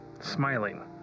Smiling